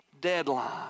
deadline